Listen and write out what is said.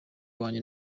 wanjye